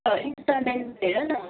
इन्सटलमेन्टमा हेर न